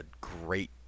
great